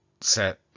set